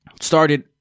started –